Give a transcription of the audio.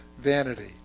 vanity